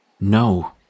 No